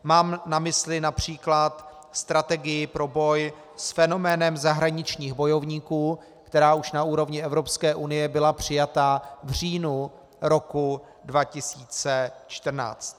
Mám na mysli například strategii pro boj s fenoménem zahraničních bojovníků, která už na úrovni Evropské unie byla přijata v říjnu roku 2014.